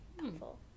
helpful